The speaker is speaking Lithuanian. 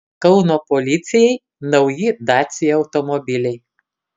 kauno policijai nauji dacia automobiliai